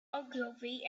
ogilvy